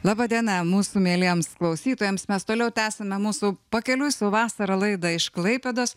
laba diena mūsų mieliems klausytojams mes toliau tęsiame mūsų pakeliui savo vasarą laidą iš klaipėdos